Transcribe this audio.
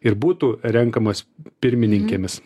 ir būtų renkamas pirmininkėmis